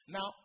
Now